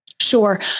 Sure